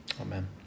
Amen